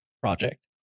project